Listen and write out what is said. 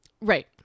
Right